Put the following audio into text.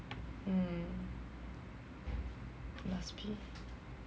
mm must be